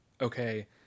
okay